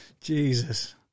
Jesus